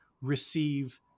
receive